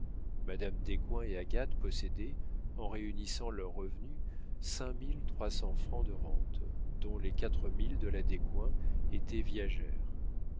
madame descoings et agathe possédaient en réunissant leurs revenus cinq mille trois cents francs de rentes dont les quatre mille de la descoings étaient viagères